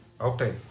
Okay